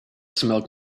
smelled